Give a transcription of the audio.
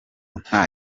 nta